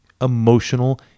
emotional